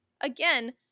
Again